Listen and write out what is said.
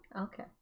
okay